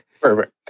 Perfect